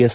S